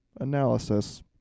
Analysis